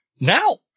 Now